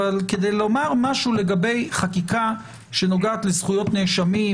אבל כדי לומר משהו לגבי חקיקה שנוגעת לזכיות נאשמם,